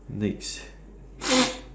next